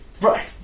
right